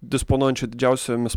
disponuojančių didžiausiomis